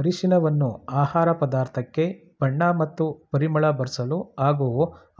ಅರಿಶಿನವನ್ನು ಆಹಾರ ಪದಾರ್ಥಕ್ಕೆ ಬಣ್ಣ ಮತ್ತು ಪರಿಮಳ ಬರ್ಸಲು ಹಾಗೂ